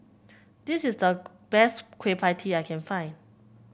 this is the best Kueh Pie Tee I can find